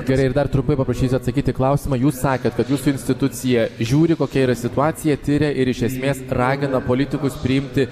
gerai ir dar trumpai paprašysiu atsakyti į klausimą jūs sakėt kad jūsų institucija žiūri kokia yra situaciją tiria ir iš esmės ragina politikus priimti